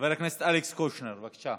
חבר הכנסת אלכס קושניר, בבקשה.